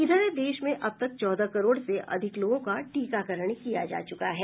इधर देश में अब तक चौदह करोड़ से अधिक लोगों का टीकाकरण किया जा चुका है